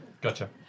Gotcha